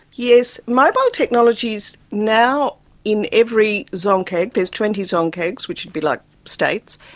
yes, mobile technology is now in every dzongkhag, there's twenty dzongkhags, which would be like states.